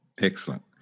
Excellent